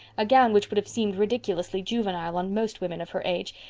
a gown which would have seemed ridiculously juvenile on most women of her age,